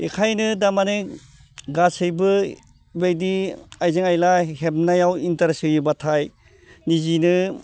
बेखायनो तारमाने गासैबो बेबायदि आइजें आयला हेबनायाव इन्टारेस्ट होयोबाथाय निजैनो